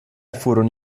furono